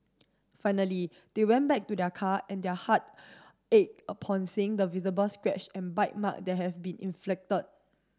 finally they went back to their car and their heart ached upon seeing the visible scratch and bite mark that had been inflicted